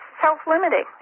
self-limiting